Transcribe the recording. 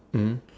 mmhmm